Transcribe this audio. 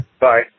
Bye